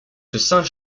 saint